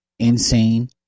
insane